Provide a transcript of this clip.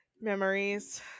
Memories